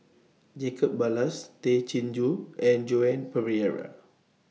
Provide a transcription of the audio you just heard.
Jacob Ballas Tay Chin Joo and Joan Pereira